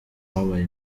babaye